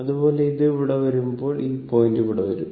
അതുപോലെ ഇത് ഇവിടെ വരുമ്പോൾ ഈ പോയിന്റ് ഇവിടെ വരും